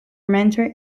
mentor